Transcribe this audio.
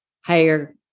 higher